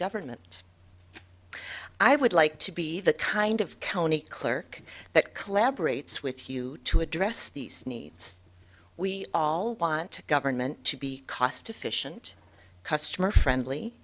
government i would like to be the kind of county clerk that collaborates with you to address these needs we all want government to be cost efficient customer friendly